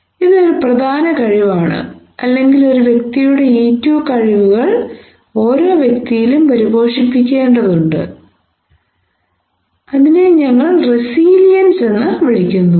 ഇത് ഒരു പ്രധാന കഴിവാണ് അല്ലെങ്കിൽ ഒരു വ്യക്തിയുടെ ഇക്യു കഴിവുകൾ ഓരോ വ്യക്തിയിലും പരിപോഷിപ്പിക്കേണ്ടതുണ്ട് അത് ഞങ്ങൾ റെസീലിയെൻസ് എന്ന് വിളിക്കുന്നു